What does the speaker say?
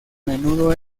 menudo